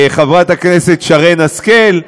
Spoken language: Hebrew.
חברת הכנסת שרן השכל.